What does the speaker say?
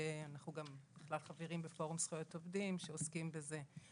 ואנחנו גם חברים בפורום זכויות עובדים שעוסקים בזה.